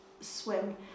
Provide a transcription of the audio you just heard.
swim